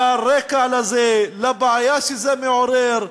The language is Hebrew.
לרקע לזה, לבעיה שזה מעורר.